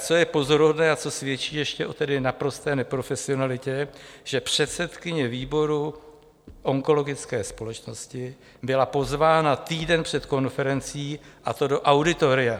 Co je pozoruhodné a co svědčí ještě o naprosté neprofesionalitě, že předsedkyně výboru onkologické společnosti byla pozvána týden před konferencí, a to do auditoria.